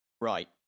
Right